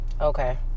okay